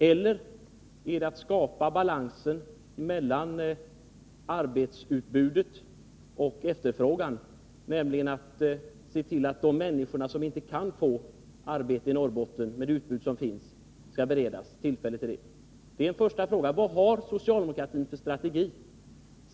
Eller är det att skapa balans mellan arbetsutbudet och efterfrågan, nämligen att se till att de människor som inte kan få arbete i Norrbotten skall beredas tillfälle till det på annat håll? Min första fråga är: Vad har socialdemokratin för strategi?